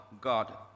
God